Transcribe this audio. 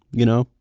you know,